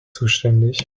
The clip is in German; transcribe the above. zuständig